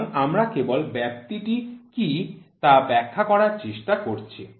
সুতরাং আমরা কেবল ব্যাপ্তিটি কী তা ব্যাখ্যা করার চেষ্টা করছি